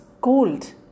cold